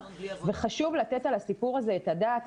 וחשוב לתת על הסיפור הזה את הדעת.